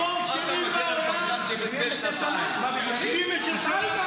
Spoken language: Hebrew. דבר אחד, אדוני השר.